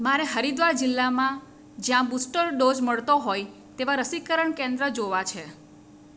મારે હરિદ્વાર જિલ્લામાં જ્યાં બુસ્ટર ડોઝ મળતો હોય તેવાં રસીકરણ કેન્દ્ર જોવાં છે